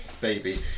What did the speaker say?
baby